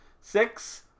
Six